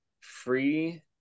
free